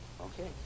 Okay